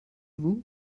vous